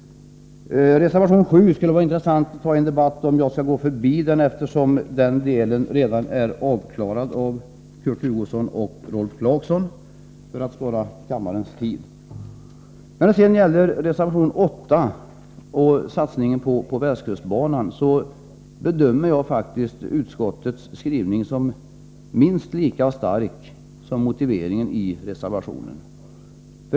Det vore i och för sig intressant att föra en debatt om reservation 7, men jag skall inte göra det därför att den debatten redan är avklarad av Kurt Hugosson och Rolf Clarkson. På så sätt spar vi litet tid. Vad gäller reservation 8 och satsningen på västkustbanan bedömer jag faktiskt utskottets skrivning som minst lika stark som motiveringen i reservationen.